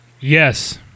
Yes